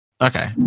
Okay